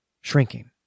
shrinking